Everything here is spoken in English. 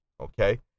okay